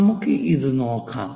നമുക്ക് ഇത് നോക്കാം